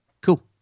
Cool